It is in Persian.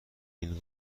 این